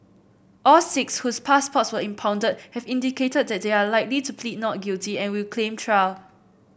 all six whose passports were impounded have indicated that they are likely to plead not guilty and will claim trial